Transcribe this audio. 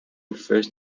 refers